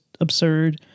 absurd